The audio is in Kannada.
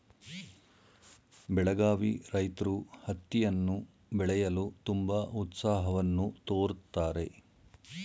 ಬೆಳಗಾವಿ ರೈತ್ರು ಹತ್ತಿಯನ್ನು ಬೆಳೆಯಲು ತುಂಬಾ ಉತ್ಸಾಹವನ್ನು ತೋರುತ್ತಾರೆ